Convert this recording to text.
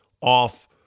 off